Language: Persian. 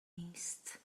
نیست